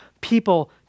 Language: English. people